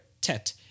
TET